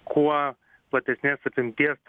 kuo platesnės apimties